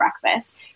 breakfast